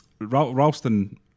Ralston